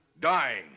Dying